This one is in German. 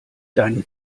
deine